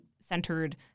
centered